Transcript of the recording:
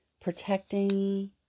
protecting